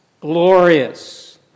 glorious